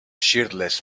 shirtless